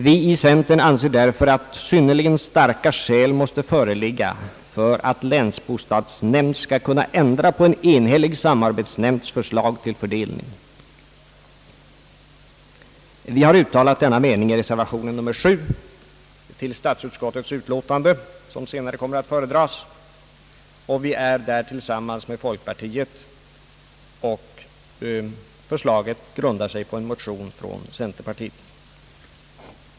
Vi i centern anser därför att det måste föreligga synnerligen starka skäl för att länsbostadsnämnd skall kunna ändra på en enhällig samarbetsnämnds förslag till fördelning. Vi har uttalat denna mening i reservationen nr 7 till statsutskottets utlåtande nr 100 som senare kommer att föredras, och vi har därvid gått tillsammans med folkpartiet. Förslaget grundar sig på en motion från centerpartiet.